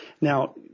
Now